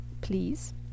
please